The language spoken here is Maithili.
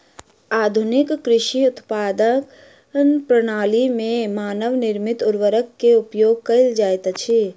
आधुनिक कृषि उत्पादनक प्रणाली में मानव निर्मित उर्वरक के उपयोग कयल जाइत अछि